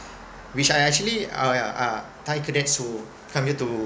which I actually I uh ah thai cadets who come here to